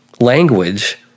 language